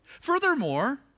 Furthermore